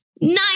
Nine